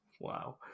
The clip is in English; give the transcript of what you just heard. Wow